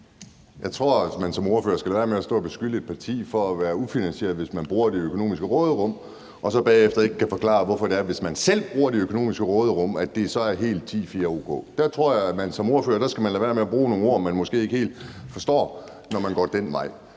tror, man som ordfører skal lade være med at stå og beskylde et parti for ikke at anvise finansiering, hvis partiet bruger det økonomiske råderum, og så bagefter ikke kunne forklare, hvorfor det så, hvis man selv bruger det økonomiske råderum, er helt 10-4 o.k. Der tror jeg, man som ordfører skal lade være med at bruge nogle ord, man måske ikke helt forstår, når man går den vej.